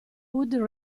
hood